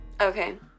Okay